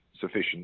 sufficient